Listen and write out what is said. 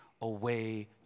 away